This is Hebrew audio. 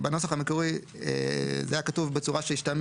בנוסח המקורי היה כתוב בצורה שהשתמע